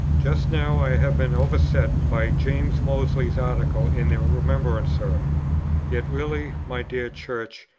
just now i have been overset by james mozley's article in the remembrancer yet really, my dear church,